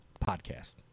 Podcast